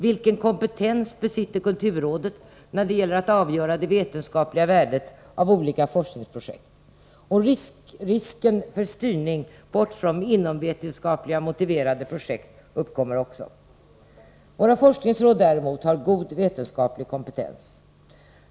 Vilken kompetens besitter kulturrådet när det gäller att avgöra det vetenskapliga värdet av olika forskningsprojekt? Risken för styrning bort från inomvetenskapligt motiverade projekt uppkommer också. Våra forskningsråd däremot har god vetenskaplig kompetens.